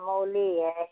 मूली है